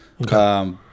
Okay